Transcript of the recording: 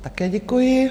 Také děkuji.